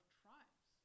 tribes